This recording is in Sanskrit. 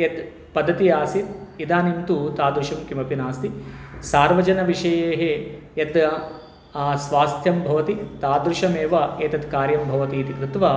यत् पद्धतिः आसीत् इदानीं तु तादृशं किमपि नास्ति सार्वजनविषयेः यत् स्वास्थ्यं भवति तादृशमेव एतत् कार्यं भवति इति कृत्वा